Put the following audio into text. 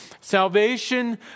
Salvation